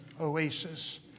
oasis